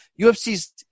UFC's